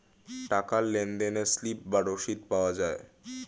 টাকার লেনদেনে স্লিপ বা রসিদ পাওয়া যায়